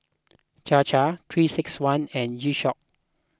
Chir Chir three six one and G Shock